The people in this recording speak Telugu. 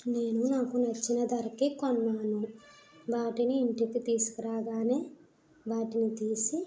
నేను నాకు నచ్చిన ధరకే కొన్నాను వాటిని ఇంటికి తీసుకురాగానే వాటిని తీసి